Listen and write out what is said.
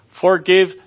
forgive